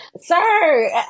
sir